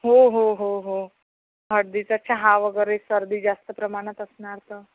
हो हो हो हो हळदीचा चहा वगैरे सर्दी जास्त प्रमाणात असणार तर